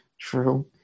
True